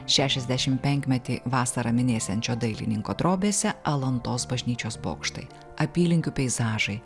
šešiasdešimtpenkmetį penkmetį vasarą minėsiančio dailininko drobėse alantos bažnyčios bokštai apylinkių peizažai